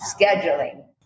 Scheduling